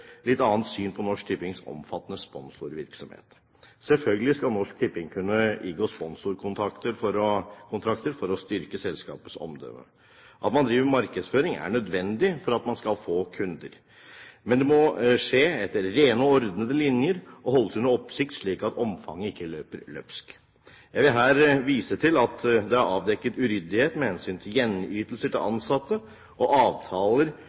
litt annet syn på Norsk Tippings omfattende sponsorvirksomhet. Selvfølgelig skal Norsk Tipping kunne inngå sponsorkontrakter for å styrke selskapets omdømme. At man driver markedsføring er nødvendig for å få kunder, men det må skje etter rene og ordnede linjer, og holdes under oppsikt, slik at omfanget ikke løper løpsk. Jeg vil her vise til at det er avdekket uryddighet med hensyn til gjenytelser til ansatte og avtaler